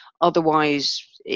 Otherwise